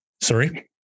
sorry